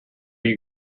you